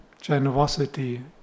generosity